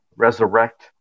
resurrect